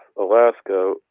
Alaska